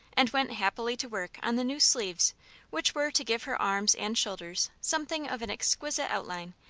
and went happily to work on the new sleeves which were to give her arms and shoulders something of an exquisite outline,